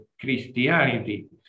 Christianity